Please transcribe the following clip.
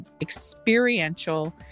experiential